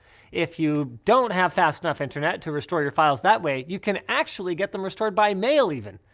if you don't have fast enough internet to restore your files that way you can actually get them restored by mail, even.